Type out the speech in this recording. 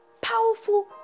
Powerful